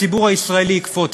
הציבור הישראלי יקפוץ.